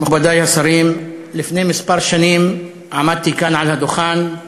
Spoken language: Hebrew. מכובדי השרים, עמדתי כאן, על הדוכן,